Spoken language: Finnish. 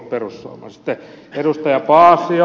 sitten edustaja paasio